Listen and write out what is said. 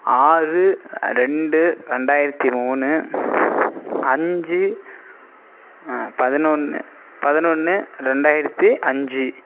ஆறு ரெண்டு ரெண்டாயிரத்தி மூணு அஞ்சு பதினொன்று பதினொன்று ரெண்டாயிரத்தி அஞ்சு